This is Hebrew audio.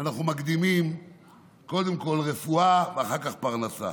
אנחנו מקדימים קודם כול רפואה ואחר כך פרנסה.